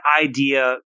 idea